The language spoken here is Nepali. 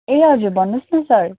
ए हजुर भन्नु होस् न सर